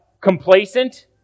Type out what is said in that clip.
complacent